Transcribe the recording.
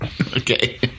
Okay